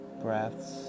Breaths